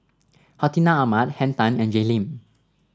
Hartinah Ahmad Henn Tan and Jay Lim